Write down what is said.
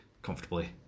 Comfortably